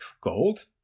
gold